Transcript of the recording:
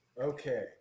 Okay